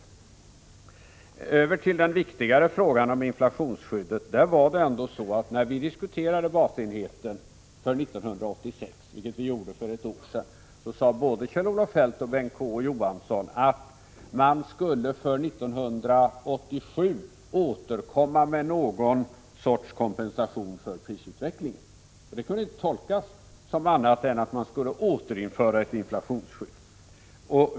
Men över till den viktigare frågan om inflationsskyddet! Det var ändå så, att när vi diskuterade basenheten för 1986 för ett år sedan sade både Kjell-Olof Feldt och Bengt K. Å. Johansson att regeringen för 1987 skulle återkomma med någon sorts kompensation för prisutvecklingen. Det kunde inte tolkas på annat sätt än att man skulle återinföra ett inflationsskydd.